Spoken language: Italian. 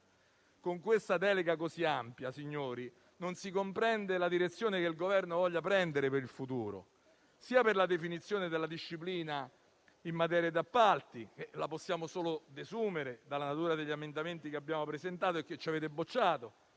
Con questa delega così ampia, signori, non si comprende la direzione che il Governo vuole prendere per il futuro per la definizione della disciplina in materia di appalti, che possiamo solo desumere dalla natura degli emendamenti che abbiamo presentato e che ci avete bocciato.